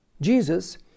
Jesus